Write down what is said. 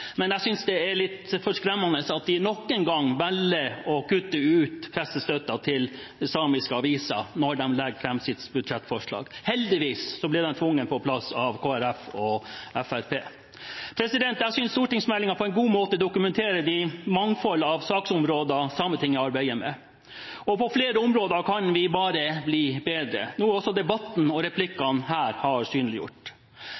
men jeg synes det er skremmende at de nok en gang valgte å kutte ut pressestøtten til samiske aviser da de la fram sitt budsjettforslag. Heldigvis ble de tvunget på plass av Kristelig Folkeparti og Venstre. Jeg synes stortingsmeldingen på en god måte dokumenterer det mangfold av saksområder Sametinget arbeider med. På flere områder kan vi bare bli bedre, noe også debatten og